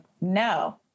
no